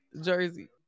jersey